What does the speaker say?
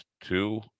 two